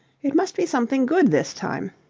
it must be something good this time.